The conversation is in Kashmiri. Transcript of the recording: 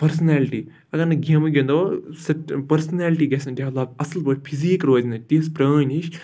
پٔرسٕنیلٹی اگر نہٕ گیمہٕ گِنٛدو پٔرسٕنیلٹی گژھِ نہٕ ڈٮ۪ولَپ اَصٕل پٲٹھۍ فِزیٖک روزِ نہٕ تِژھ پرٛٲنۍ ہِش